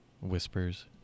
whispers